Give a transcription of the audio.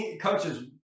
coaches